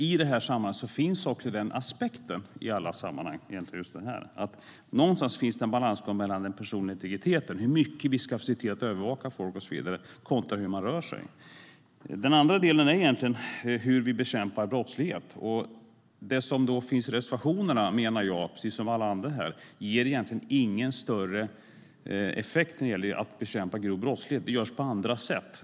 I sammanhanget finns också aspekten att det måste finnas en balansgång mellan den personliga integriteten, hur mycket vi ska övervaka folk och så vidare, kontra hur man rör sig. Den andra delen handlar egentligen om hur vi bekämpar brottslighet. Jag menar, precis som alla andra här, att det som finns i reservationerna egentligen inte ger någon större effekt när det gäller att bekämpa grov brottslighet. Det görs på andra sätt.